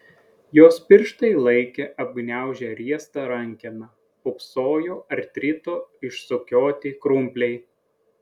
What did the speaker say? jos pirštai laikė apgniaužę riestą rankeną pūpsojo artrito išsukioti krumpliai